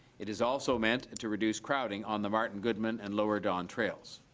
it is also meant to reduce crowding on the martin goodman and lower don trails.